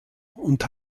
und